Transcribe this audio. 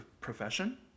profession